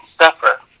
suffer